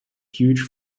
huge